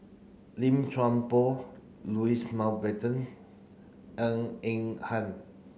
Lim Chuan Poh Louis Mountbatten Ng Eng Hen